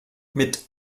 mit